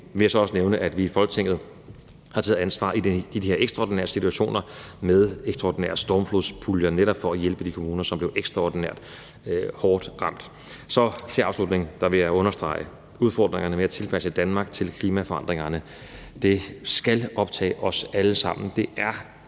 har taget ansvar i de her ekstraordinære situationer med ekstraordinære stormflodspuljer for netop at hjælpe de kommuner, som blev ekstraordinært hårdt ramt. Som afslutning vil jeg understrege udfordringerne med at tilpasse Danmark til klimaforandringerne. Det skal optage os alle sammen.